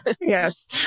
Yes